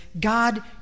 God